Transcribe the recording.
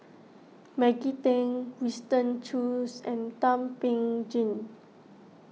Maggie Teng Winston Choos and Thum Ping Tjin